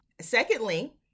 Secondly